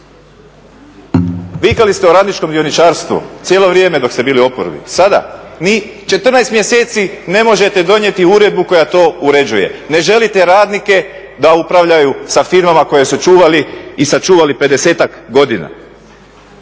Vikali ste o radničkom dioničarstvu cijelo vrijeme dok ste bili u oporbi, sada ni 14 mjeseci ne možete donijeti uredbu koja to uređuje, ne želite radnike da upravljaju sa firmama koje su čuvali i sačuvali 50-ak godina.